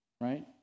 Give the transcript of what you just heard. right